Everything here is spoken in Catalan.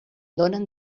donen